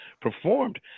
performed